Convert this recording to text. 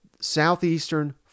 Southeastern